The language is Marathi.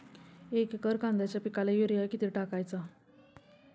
एक एकर कांद्याच्या पिकाला युरिया किती टाकायचा?